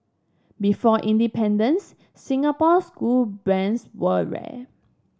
before independence Singapore school brands were rare